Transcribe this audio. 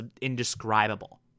indescribable